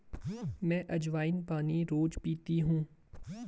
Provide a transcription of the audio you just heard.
मैं अज्वाइन पानी रोज़ पीती हूँ